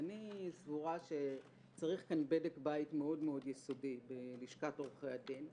אני סבורה שצריך כאן בדק בית מאוד-מאוד יסודי בלשכת עורכי הדין.